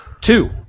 two